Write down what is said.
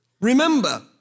remember